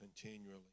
continually